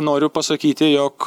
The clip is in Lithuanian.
noriu pasakyti jog